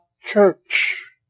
church